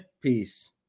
peace